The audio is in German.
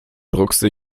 druckste